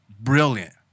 brilliant